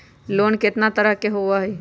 Loan केतना तरह के होअ हई?